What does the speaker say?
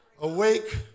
Awake